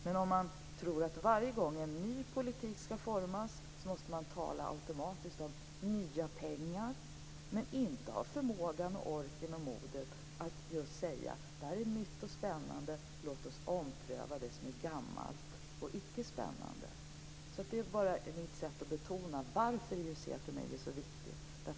Men man måste inte automatiskt varje gång en ny politik skall formas tala om nya pengar, utan man måste ha förmågan, orken och modet att säga: Det här är nytt och spännande - låt oss ompröva det som är gammalt och icke spännande. Detta är alltså mitt sätt att betona varför IUC för mig är så viktiga.